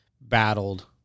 battled